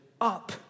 up